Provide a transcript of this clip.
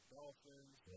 Dolphins